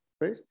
right